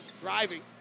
driving